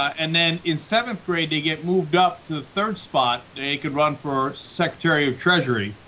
and then in seventh grade they get moved up to the third spot they could run for secretary of treasury